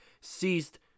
Ceased